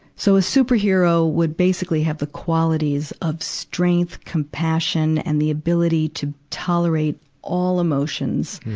so a superhero would basically have the qualities of strength, compassion, and the ability to tolerate all emotions,